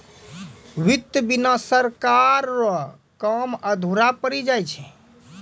वित्त बिना सरकार रो काम अधुरा पड़ी जाय छै